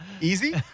Easy